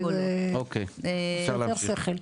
אוקי אפשר להמשיך.